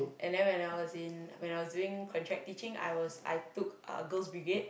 and then I was in when I was doing contract teaching I was I took Girls'-Brigade